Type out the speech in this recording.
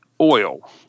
oil